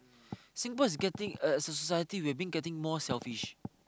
Singapore is getting uh society we've been getting more selfish